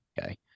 okay